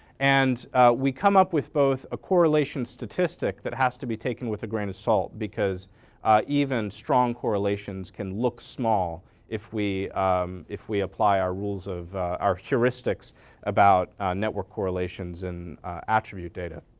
and we come up with both a correlation statistic that has to be taken with a grain of salt because even strong correlations can look small if we um if we apply our rules of our heuristics about network correlations and attribute data